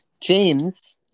James